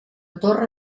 torre